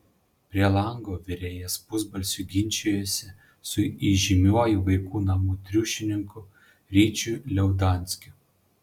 prie lango virėjas pusbalsiu ginčijosi su įžymiuoju vaikų namų triušininku ryčiu liaudanskiu